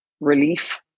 relief